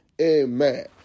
Amen